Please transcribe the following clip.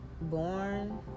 born